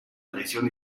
tradición